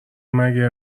مگه